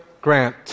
Grant